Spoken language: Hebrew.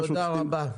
תודה רבה.